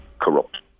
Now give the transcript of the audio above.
corrupt